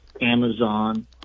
Amazon